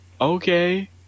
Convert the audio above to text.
okay